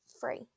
free